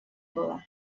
было